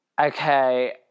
okay